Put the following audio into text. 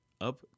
up